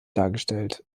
dargestellt